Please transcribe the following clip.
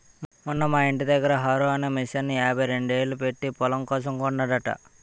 మొన్న మా యింటి దగ్గర హారో అనే మిసన్ని యాభైరెండేలు పెట్టీ పొలం కోసం కొన్నాడట